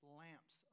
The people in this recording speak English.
lamps